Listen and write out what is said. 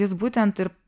jis būtent ir